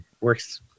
works